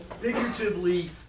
figuratively